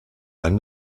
ein